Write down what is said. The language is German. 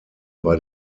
bei